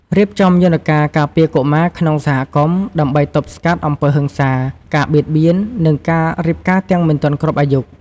រៀបចំយន្តការការពារកុមារក្នុងសហគមន៍ ដើម្បីទប់ស្កាត់អំពើហិង្សា ការបៀតបៀន និងការរៀបការទាំងមិនទាន់គ្រប់អាយុ។